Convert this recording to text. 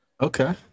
okay